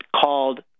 called